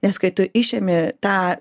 nes kai tu išėmi tą